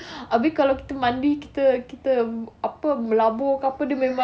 habis kalau kita mandi kita kita apa melabur ke apa dia memang